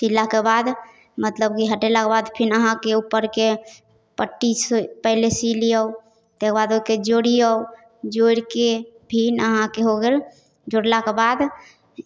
सिलाके बाद मतलब जे हटेलाके बाद फेर अहाँके उपरके पट्टी पहिले सीबि लिऔ ताहिके बाद ओहिके जोड़िऔ जोड़िके फेर अहाँके हो गेल जोड़लाके बाद